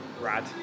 Rad